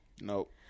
Nope